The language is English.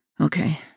Okay